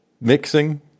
mixing